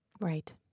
Right